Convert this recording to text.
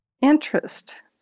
interest